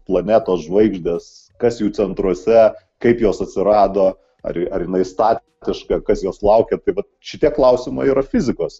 planetos žvaigždės kas jų centruose kaip jos atsirado ar ar jinai statiška kas jos laukia tai vat šitie klausimai yra fizikos